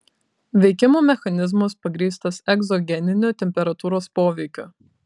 veikimo mechanizmas pagrįstas egzogeniniu temperatūros poveikiu